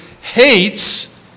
hates